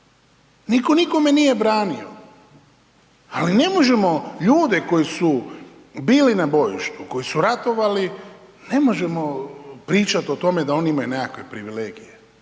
Nitko nikome nije branio. Ali ne možemo ljudi koji su bili na bojištu, koji su ratovali, ne možemo pričati o tome da oni imaju nekakve privilegije.